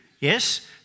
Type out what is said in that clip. Yes